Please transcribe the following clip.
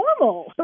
normal